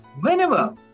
Whenever